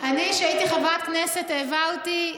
אני, כשהייתי חברת כנסת, העברתי,